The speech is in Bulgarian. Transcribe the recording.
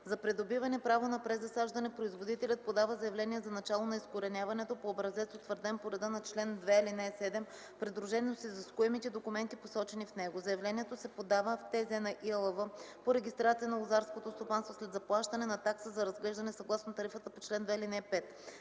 За придобиване право на презасаждане производителят подава заявление за начало на изкореняването по образец, утвърден по реда на чл. 2, ал. 7, придружено с изискуемите документи, посочени в него. Заявлението се подава в ТЗ на ИАЛВ по регистрация на лозарското стопанство след заплащане на такса за разглеждане съгласно тарифата по чл. 2, ал. 5.